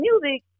music